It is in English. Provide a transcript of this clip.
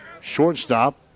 shortstop